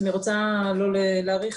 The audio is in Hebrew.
אני רוצה כמובן